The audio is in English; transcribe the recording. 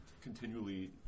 continually